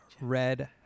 red